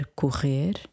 correr